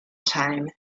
time